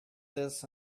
this